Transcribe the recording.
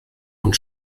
und